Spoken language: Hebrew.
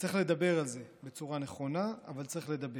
צריך לדבר על זה בצורה נכונה, אבל צריך לדבר.